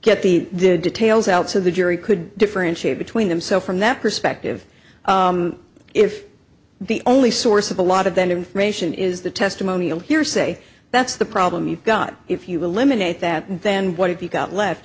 get the details out so the jury could differentiate between them so from that perspective if the only source of a lot of that information is the testimonial hearsay that's the problem you've got if you eliminate that then what if you got left